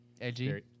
edgy